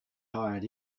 hired